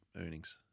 earnings